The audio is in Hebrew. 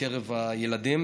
בקרב הילדים,